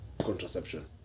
contraception